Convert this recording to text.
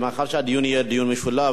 מאחר שהדיון יהיה דיון משולב,